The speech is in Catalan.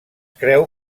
creu